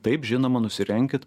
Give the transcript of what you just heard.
taip žinoma nusirenkit